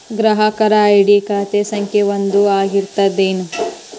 ಗ್ರಾಹಕರ ಐ.ಡಿ ಖಾತೆ ಸಂಖ್ಯೆ ಒಂದ ಆಗಿರ್ತತಿ ಏನ